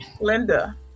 Linda